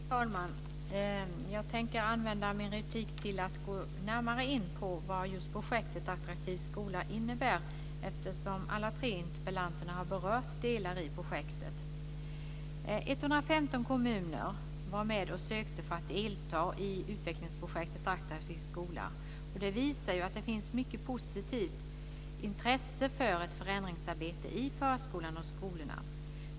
Fru talman! Jag tänker använda min talartid till att närmare gå in på vad projektet Attraktiv skola innebär, eftersom alla tre som deltar interpellationsdebatten har berört delar av projektet. 115 kommuner var med och sökte om att få delta i utvecklingsprojektet Attraktiv skola. Det visar att det finns ett mycket positivt intresse för ett förändringsarbete i förskolan och skolorna.